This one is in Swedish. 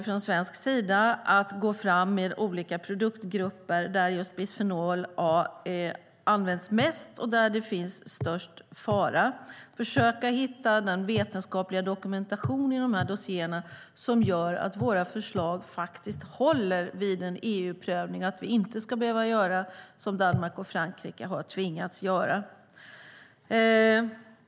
Från svensk sida har vi valt att gå fram med olika produktgrupper där just bisfenol A används mest och där det finns störst fara. Vi försöker hitta en vetenskaplig dokumentation i dossiererna som gör att våra förslag håller vid en EU-prövning så att vi inte ska behöva göra som Danmark och Frankrike har tvingats göra.